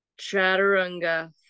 chaturanga